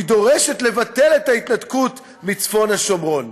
היא דורשת לבטל את ההתנתקות מצפון השומרון.